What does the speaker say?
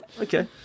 okay